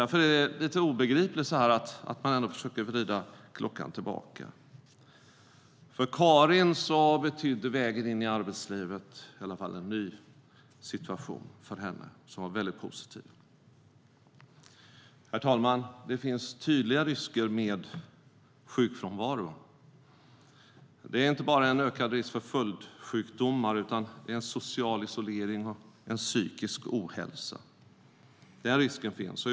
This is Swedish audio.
Därför är det lite obegripligt att man försöker vrida klockan tillbaka. Herr talman! Det finns tydliga risker med sjukfrånvaro. Det ger inte bara en ökad risk för följdsjukdomar utan även för social isolering och psykisk ohälsa.